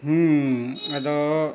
ᱦᱮᱸ ᱟᱫᱚ